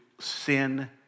sin